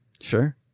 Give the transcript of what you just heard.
sure